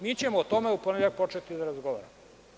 Mi ćemo o tome u ponedeljak početi da razgovaramo.